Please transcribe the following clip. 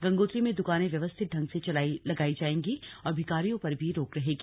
गंगोत्री में दुकानें व्यवस्थित ढंग से लगाई जाएंगी और भिखारियों पर भी रोक रहेगी